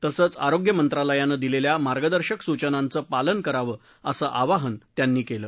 तसंच आरोग्य मंत्रालयानं दिलेल्या मार्गदर्शक सूचनांचं पालन करावं असं आवाहन त्यांनी केलं